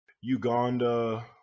Uganda